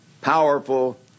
powerful